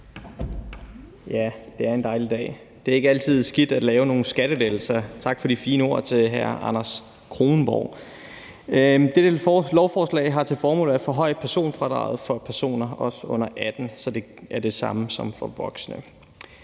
Ja, det er en dejlig dag. Det er ikke altid skidt at lave nogle skattelettelser. Tak til hr. Anders Kronborg for de fine ord. Dette lovforslag har til formål at forhøje personfradraget for personer under 18, så det er det samme som for voksne.